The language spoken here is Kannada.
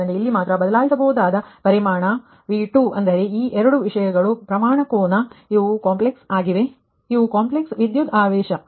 ಆದ್ದರಿಂದ ಇಲ್ಲಿ ಮಾತ್ರ ಬದಲಾಯಿಸಬಹುದಾದ ಪರಿಮಾಣ V2 ಅಂದರೆ ಈ ಎರಡು ವಿಷಯಗಳು ಪ್ರಮಾಣ ಕೋನ ಇವು ಕಾಂಪ್ಲೆಕ್ಸ್ ಆಗಿವೆ ಇವು ಕಾಂಪ್ಲೆಕ್ಸ್ ವಿದ್ಯುತ್ ಆವೇಶ